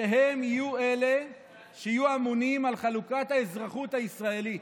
שהם יהיו אלה שיהיו אמונים על חלוקת האזרחות הישראלית.